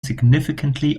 significantly